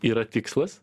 yra tikslas